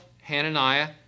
Hananiah